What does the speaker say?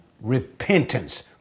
repentance